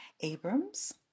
Abrams